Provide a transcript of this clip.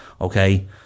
okay